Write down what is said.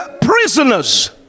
prisoners